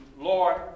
Lord